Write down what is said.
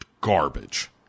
garbage